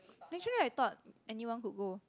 actually I thought anyone could go